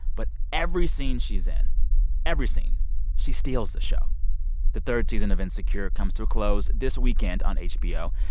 but every scene she's in every scene she steals the show the third season of insecure comes to a close this weekend on hbo,